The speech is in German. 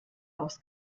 aus